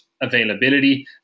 availability